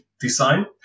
design